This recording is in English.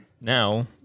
now